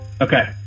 Okay